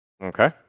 Okay